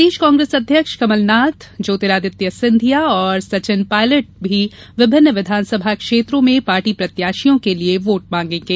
प्रदेश कांग्रेस अध्यक्ष कमलनाथ और ज्योतिरादित्य सिंधिया सचिन पायलटभी विभिन्न विधानसभा क्षेत्रों में पार्टी प्रत्याशियों के लिए वोट मांगेगे